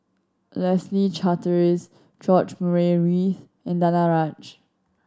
Leslie Charteris George Murray Reith and Danaraj